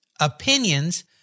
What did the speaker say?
opinions